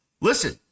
listen